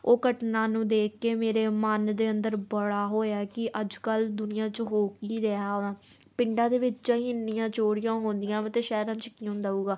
ਉਹ ਘਟਨਾ ਨੂੰ ਦੇਖ ਕੇ ਮੇਰੇ ਮਨ ਦੇ ਅੰਦਰ ਬੜਾ ਹੋਇਆ ਕਿ ਅੱਜ ਕੱਲ੍ਹ ਦੁਨੀਆਂ 'ਚ ਹੋ ਕੀ ਰਿਹਾ ਵਾ ਪਿੰਡਾਂ ਦੇ ਵਿੱਚ ਅਈ ਇੰਨੀਆਂ ਚੋਰੀਆਂ ਹੁੰਦੀਆਂ ਵਾ ਤਾਂ ਸ਼ਹਿਰਾਂ 'ਚ ਕੀ ਹੁੰਦਾ ਹੋਊਗਾ